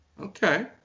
Okay